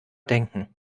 denken